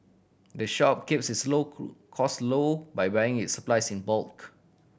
the shop keeps its cost low by buying its supplies in bulk